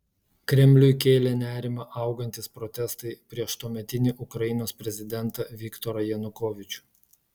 kremliui kėlė nerimą augantys protestai prieš tuometinį ukrainos prezidentą viktorą janukovyčių